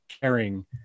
caring